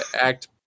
act